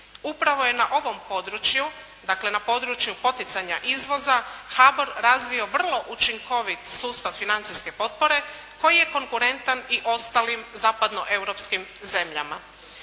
Upravo je na ovom području, dakle na području poticanja izvoza, HBOR razvio vrlo učinkovit sustav financijske potpore koji je konkurentan i ostalim zapadnoeuropskim zemljama.